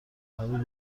حال